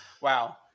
wow